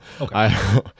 Okay